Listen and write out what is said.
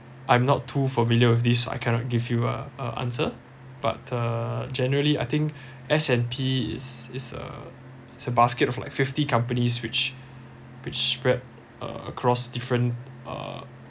I'm not too familiar with this I cannot give you a a answer but uh generally I think S_&_P is is a basket for like fifty companies which which spread across different uh